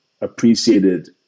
appreciated